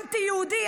אנטי-יהודי,